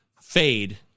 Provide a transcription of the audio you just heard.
fade